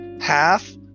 half